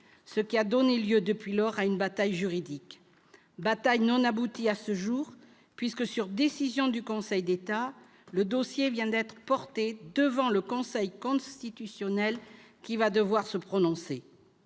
affaire a donné lieu, depuis lors, à une bataille juridique, bataille non aboutie à ce jour, puisque, sur décision du Conseil d'État, le dossier vient d'être porté devant le Conseil constitutionnel, qui va devoir se prononcer.